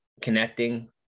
connecting